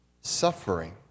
suffering